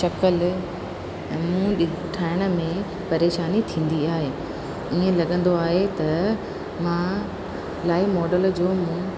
शकल मुंहुं ठाहिण में परेशानी थींदी आहे ईअं लॻंदो आहे त मां लाइव मॉडल जो मुंहुं